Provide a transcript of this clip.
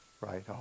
right